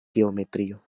geometrio